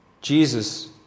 Jesus